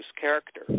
character